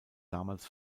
damals